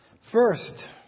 first